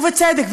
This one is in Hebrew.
ובצדק,